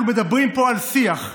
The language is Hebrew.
אנחנו מדברים פה על שיח,